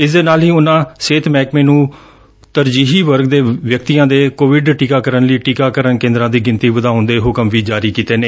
ਇਸ ਦੇ ਨਾਲ ਹੀ ਉਨਾਂ ਸਿਹਤ ਮਹਿਕਮੇ ਨੰ ਤਰਜੀਹੀ ਵਰਗ ਦੇ ਵਿਅਕਤੀਆਂ ਦੇ ਕੋਵਿਡ ਟੀਕਾਕਰਨ ਲਈ ਟੀਕਾਕਰਨ ਕੇ'ਦਰਾਂ ਦੀ ਗਿਣਤੀ ਵਧਾਉਣ ਦੇ ਹੁਕਮ ਵੀ ਜਾਰੀ ਕੀਤੇ ਨੇ